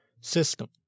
system